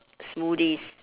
smoothie